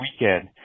weekend